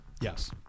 Yes